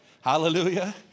Hallelujah